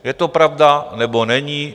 Je to pravda, nebo není?